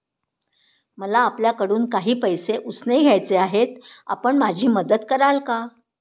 मला आपल्याकडून काही पैसे उसने घ्यायचे आहेत, आपण माझी मदत कराल का?